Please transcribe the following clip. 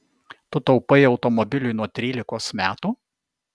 tu taupai automobiliui nuo trylikos metų